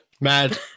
Mad